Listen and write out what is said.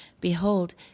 Behold